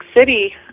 City